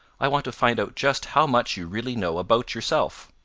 i want to find out just how much you really know about yourself.